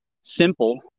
simple